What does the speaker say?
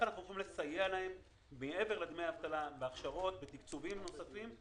כדי לסייע להן בהכשרות, בתקצובים נוספים.